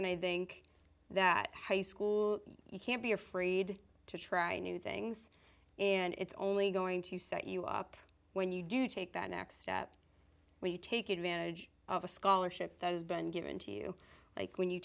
and i think that high school you can't be afraid to try new things and it's only going to set you up when you do take that next step where you take advantage of a scholarship that has been given to you like when you